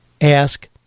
ask